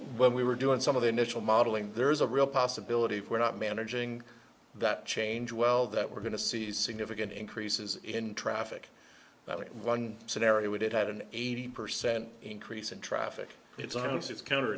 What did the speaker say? when we were doing some of the initial modeling there is a real possibility for not managing that change well that we're going to see significant increases in traffic that one scenario would have had an eighty percent increase in traffic it's not it's counter